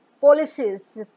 policies